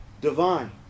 divine